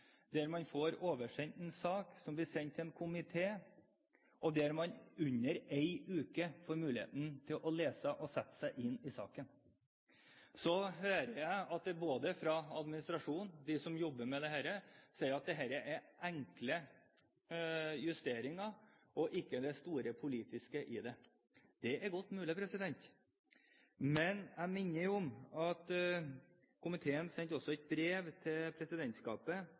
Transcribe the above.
der man får oversendt en sak som blir sendt til en komité, og der man får under én uke på å lese og sette seg inn i saken. Så hører jeg at administrasjonen, de som jobber med dette, sier at dette er enkle justeringer – ikke det store politiske i det. Det er godt mulig, men jeg minner om at komiteen sendte et brev til presidentskapet